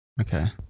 Okay